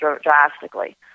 drastically